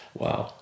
Wow